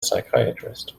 psychiatrist